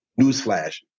newsflash